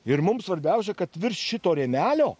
ir mums svarbiausia kad virš šito rėmelio